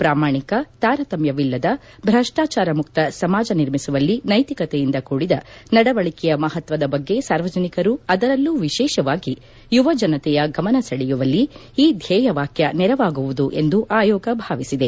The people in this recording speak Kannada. ಪ್ರಾಮಾಣಿಕ ತಾರತಮ್ಮವಿಲ್ಲದ ಭ್ರಷ್ಟಾಚಾರಮುಕ್ತ ಸಮಾಜ ನಿರ್ಮಿಸುವಲ್ಲಿ ನೈತಿಕತೆಯಿಂದ ಕೂಡಿದ ನಡವಳಿಕೆಯ ಮಪತ್ನದ ಬಗ್ಗೆ ಸಾರ್ವಜನಿಕರು ಅದರಲ್ಲೂ ವಿಶೇಷವಾಗಿ ಯುವಜನತೆಯ ಗಮನ ಸೆಳೆಯುವಲ್ಲಿ ಈ ಧ್ನೇಯವಾಕ್ಯ ನೆರವಾಗುವುದು ಎಂದು ಆಯೋಗ ಭಾವಿಸಿದೆ